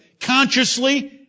consciously